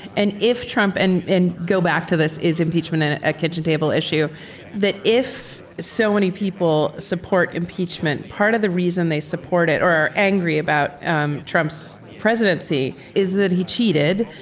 and if trump and and go back to this is impeachment and a kitchen table issue that if so many people support impeachment, part of the reason they support it or are angry about um trump's presidency is that he cheated.